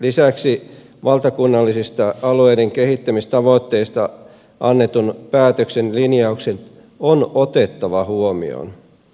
lisäksi valtakunnallisista alueiden kehittämistavoitteista annetun päätöksen linjaukset on otettava huomioon